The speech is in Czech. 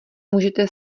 můžete